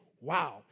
Wow